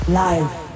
live